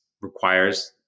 requires